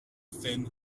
thin